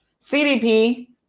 CDP